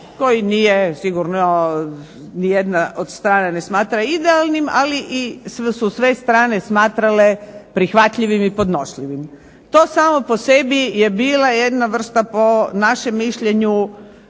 koji nije sigurno ni jedna od strana ne smatra idealnim, ali i su sve strane smatrale prihvatljivim i podnošljivim. To samo po sebi je bila jedna vrsta, po našem mišljenju,